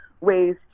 ways